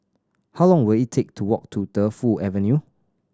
how long will it take to walk to Defu Avenue